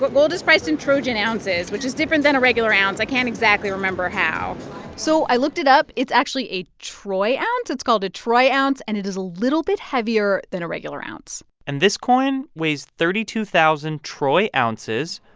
but gold is priced in trojan ounces, which is different than a regular ounce. i can't exactly remember how so i looked it up it's actually a troy ounce. it's called a troy ounce, and it is a little bit heavier than a regular ounce and this coin weighs thirty two thousand troy ounces,